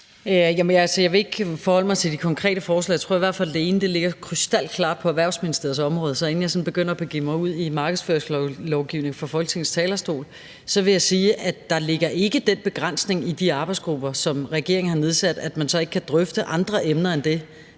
Jeg vil ikke forholde mig til de konkrete forslag. Jeg tror i hvert fald, at det ene ligger krystalklart på Erhvervsministeriets område, og inden jeg sådan begynder at begive mig ud i markedsføringslovgivningen fra Folketingets talerstol, vil jeg sige, at der ikke ligger den begrænsning i de arbejdsgrupper, som regeringen har nedsat, at man så ikke kan drøfte andre emner end det,